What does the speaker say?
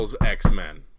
X-Men